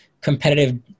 competitive